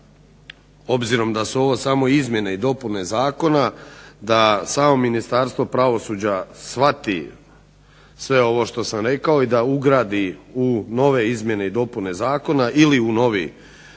obzirom da su ovo izmjene i dopune Zakona da samo ministarstvo pravosuđa shvati sve ovo što sam rekao i da ugradi u nove izmjene i dopune zakona ili u novi zakon